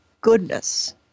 goodness